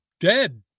dead